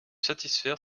satisfaire